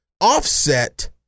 offset